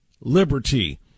liberty